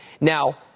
Now